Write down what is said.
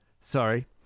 Sorry